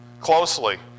closely